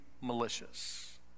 malicious